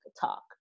talk